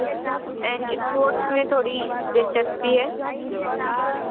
and sports में थोड़ी दिलचस्पी है